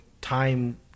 Time